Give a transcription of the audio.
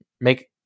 Make